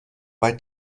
bei